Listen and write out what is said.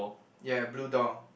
ya blue doll